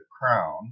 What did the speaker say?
crown